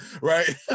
right